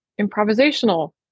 improvisational